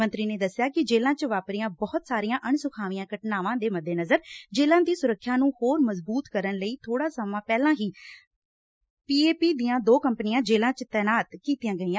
ਮੰਤਰੀ ਨੇ ਦਸਿਆ ਕਿ ਜੇਲਾਂ ਚ ਵਾਪਰੀਆਂ ਬਹੁਤ ਸਾਰੀਆਂ ਅਣਸੁਖਾਵੀਆਂ ਘਟਨਾਵਾਂ ਦੇ ਮੱਦੇਨਜ਼ਰ ਜੇਲਾਂ ਦੀ ਸੁਰੱਖਿਆ ਨੂੰ ਹੋਰ ਮਜਬੂਤ ਕਰਨ ਲਈ ਬੋੜਾ ਸਮਾ ਪਹਿਲਾ ਹੀ ਪੀ ਏ ਪੀ ਦੀਆ ਦੋ ਕੰਪਨੀਆ ਜੇਲਾ ਚ ਤੈਨਾਤ ਕੀਤੀਆ ਗਈਆਂ